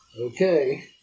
Okay